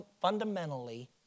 fundamentally